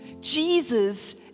Jesus